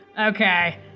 Okay